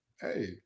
Hey